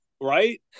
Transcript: Right